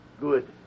Good